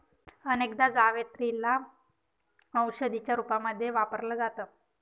अनेकदा जावेत्री ला औषधीच्या रूपामध्ये वापरल जात